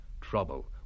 Trouble